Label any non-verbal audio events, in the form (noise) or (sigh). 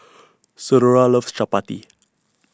(noise) Senora loves Chapati